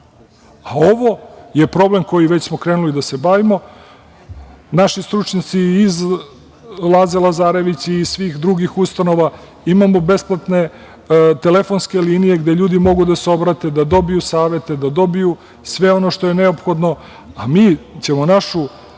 je problem kojim smo već krenuli da se bavimo. Naši stručnjaci iz „Laze Lazarević“ i svih drugih ustanova, imamo besplatne telefonske linije gde ljudi mogu da se obrate, da dobiju savete, da dobiju sve ono što je neophodno, a mi ćemo našu